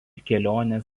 kelionės